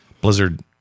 blizzard